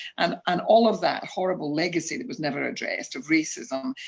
and and all of that horrible legacy that was never addressed, of racism,